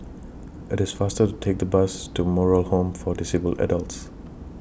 IT IS faster to Take The Bus to Moral Home For Disabled Adults